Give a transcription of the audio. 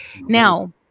Now